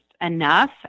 enough